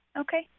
Okay